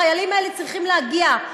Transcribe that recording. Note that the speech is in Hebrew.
החיילים האלה צריכים להגיע,